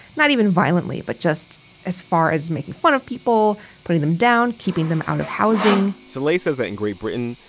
not even violently, but just as far as making fun of people, putting them down, keeping them out of housing soleil says that in great britain,